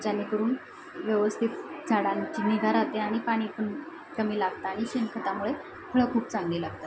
जेणेकरून व्यवस्थित झाडांची निगा राहते आणि पाणी पण कमी लागतं आणि शेणखतामुळे फळं खूप चांगली लागतात